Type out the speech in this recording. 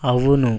అవును